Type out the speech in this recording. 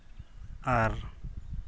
ᱟᱨ